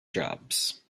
jobs